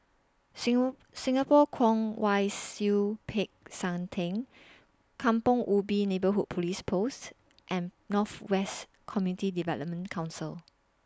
Singapore Kwong Wai Siew Peck San Theng Kampong Ubi Neighbourhood Police Post and North West Community Development Council